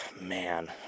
man